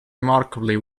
remarkably